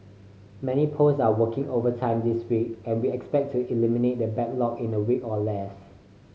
many post are working overtime this week and we expect to eliminate the backlog in a week or less